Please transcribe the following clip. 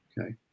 Okay